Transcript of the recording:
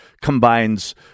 combines